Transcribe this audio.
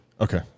Okay